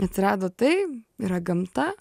atsirado tai yra gamta